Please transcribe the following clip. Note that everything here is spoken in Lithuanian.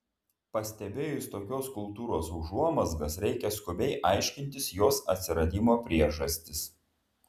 pastebėjus tokios kultūros užuomazgas reikia skubiai aiškintis jos atsiradimo priežastis